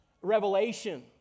revelation